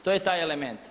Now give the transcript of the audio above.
To je taj element.